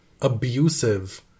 abusive